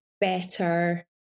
better